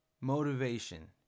motivation